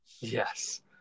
Yes